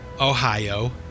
Ohio